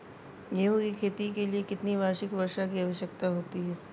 गेहूँ की खेती के लिए कितनी वार्षिक वर्षा की आवश्यकता होती है?